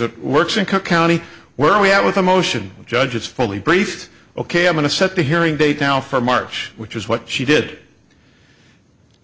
it works in cook county where we have with a motion judge is fully briefed ok i'm going to set the hearing date now for march which is what she did